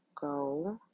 go